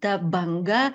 ta banga